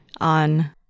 on